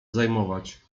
zajmować